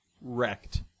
wrecked